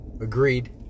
Agreed